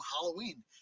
Halloween